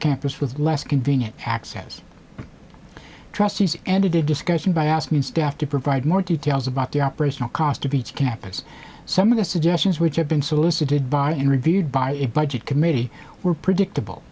campus with less convenient access trustees and a discussion by asking staff to provide more details about the operational cost of each campus some of the suggestions which have been solicited by and reviewed by a budget committee were predictable